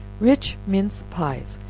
rich mince pies.